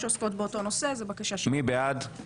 פ/2105/25 בקשת יושב-ראש ועדת החינוך,